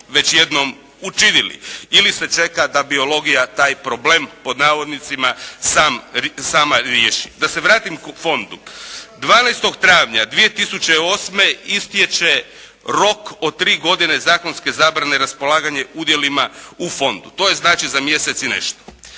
već jednom učinili. Ili se čeka da biologija taj "problem", pod navodnicima sama riješi. Da se vratim fondu. 12. travnja 2008. istječe rok od 3 godine zakonske zabrane raspolaganje udjelima u Fondu, to je znači za mjesec i nešto.